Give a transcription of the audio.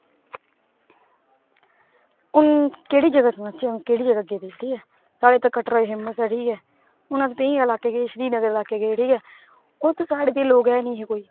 आंऊ केह्डी जगह सनाचे कि केह्ड़ी जगह गेदी ही साडे इत्थै कटरा च फैमस ऐ ठीक ऐ हून अस ते इये गल्ल कि श्रीनगर इलाके गे उठी कि साढ़े लोक है नी कोई